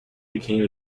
became